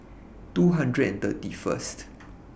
two hundred and thirty First